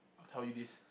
I'll tell you this